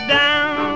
down